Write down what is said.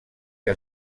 que